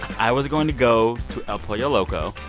i was going to go to el pollo loco.